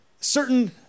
certain